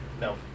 no